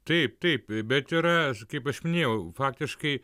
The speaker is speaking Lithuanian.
taip taip bet yra kaip aš minėjau faktiškai